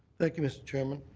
thank you, mr. chairman.